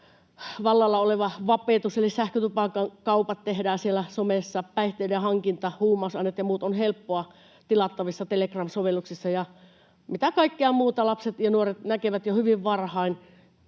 vallalla oleva vapetus — vape- eli sähkötupakkakaupat tehdään siellä somessa. Päihteiden hankinta on helppoa, huumausaineet ja muut ovat tilattavissa Telegram-sovelluksessa. Ja mitä kaikkea muuta lapset ja nuoret näkevätkään jo hyvin varhain,